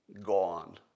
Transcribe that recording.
gone